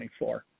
2024